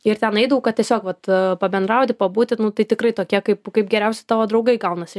ir ten eidavau kad tiesiog vat pabendrauti pabūti nu tai tikrai tokie kaip kaip geriausi tavo draugai gaunasi